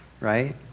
right